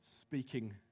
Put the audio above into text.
speaking